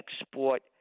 export